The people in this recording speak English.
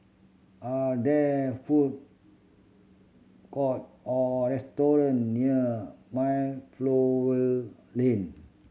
are there food court or restaurant near Mayflower Lane